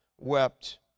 wept